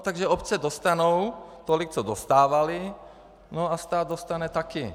Takže obce dostanou tolik, co dostávaly, no a stát dostane taky.